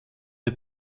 der